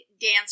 dance